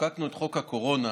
שכשחוקקנו את חוק הקורונה,